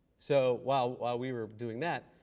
so while while we were doing that,